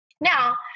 Now